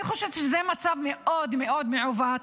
אני חושבת שזה מצב מאוד מאוד מעוות,